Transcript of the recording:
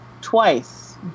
twice